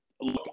look